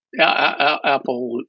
Apple